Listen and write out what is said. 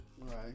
Right